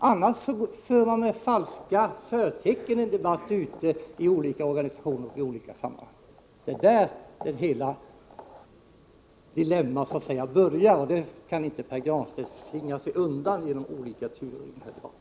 Annars för man en debatt med falska förtecken ute i olika organisationer och andra sammanhang. Det är ett dilemma som Pär Granstedt inte kan komma undan genom olika turer i den här debatten.